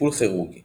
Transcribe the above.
טיפול כירורגי